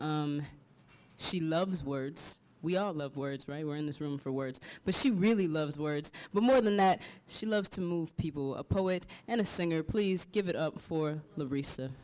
words she loves words we all love words right here in this room for words but she really loves words but more than that she loves to move people a poet and a singer please give it up for the re